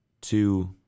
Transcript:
two